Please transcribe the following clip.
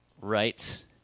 Right